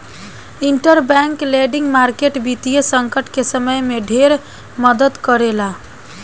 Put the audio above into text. interbank lending market वित्तीय संकट के समय में ढेरे मदद करेला